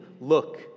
look